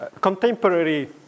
contemporary